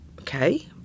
okay